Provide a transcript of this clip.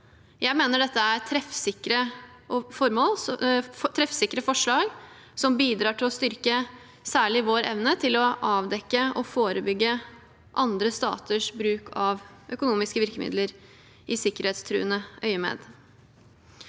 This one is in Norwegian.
Jeg mener dette er treffsikre forslag som bidrar til å styrke særlig vår evne til å avdekke og forebygge andre staters bruk av økonomiske virkemidler i sikkerhetstruende øyemed.